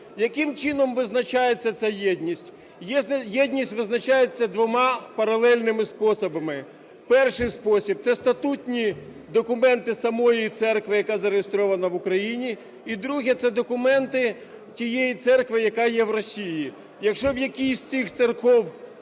Яким чином визначається ця єдність? Єдність визначається двома паралельними способами. Перший спосіб – це статутні документи самої церкви, яка зареєстрована в Україні. І друге – це документи тієї церкви, яка є в Росії. Якщо в якійсь з цих церков